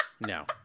No